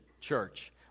church